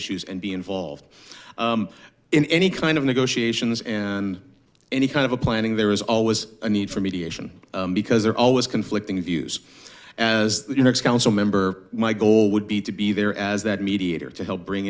issues and be involved in any kind of negotiations and any kind of a planning there is always a need for mediation because there are always conflicting views as council member my goal would be to be there as that mediator to help bring